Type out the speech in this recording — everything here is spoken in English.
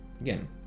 again